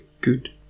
good